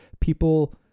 people